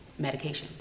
medications